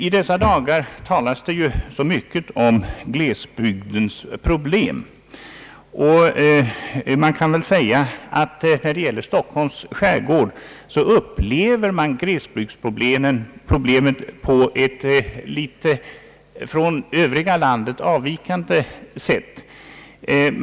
I dessa dagar talas det ju så mycket om glesbygdens problem. Man kan väl säga att i fråga om Stockholms skärgård upplevs glesbygdsproblemen på ett från landet i övrigt i någon mån avvikande sätt.